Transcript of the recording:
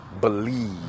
believe